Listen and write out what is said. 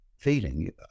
feeling